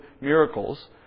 miracles